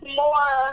more